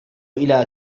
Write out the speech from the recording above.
إلى